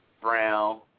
Brown